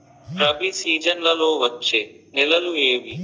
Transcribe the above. రబి సీజన్లలో వచ్చే నెలలు ఏవి?